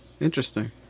interesting